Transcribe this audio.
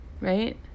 Right